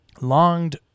longed